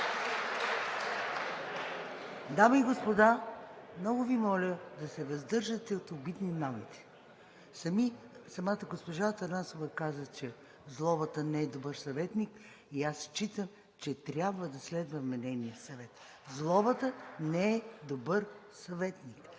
Дами и господа, много Ви моля да се въздържате от обидни намеци. Самата госпожа Атанасова каза, че злобата не е добър съветник и аз считам, че трябва да следваме нейния съвет. Злобата не е добър съветник.